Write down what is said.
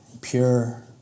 pure